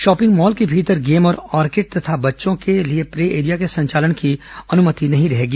shopping mall के भीतर game और ऑर्केड तथा बच्चों के प्ले एरिया के संचालन की अनुमति नहीं रहेगी